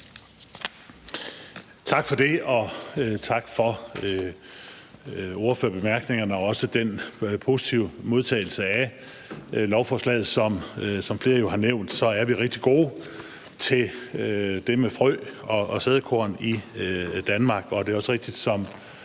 Tak for det. Tak for ordførernes bemærkninger og for den positive modtagelse af lovforslaget. Som flere jo har nævnt, er vi rigtig gode til det med frø og sædekorn i Danmark, og det er også rigtigt, som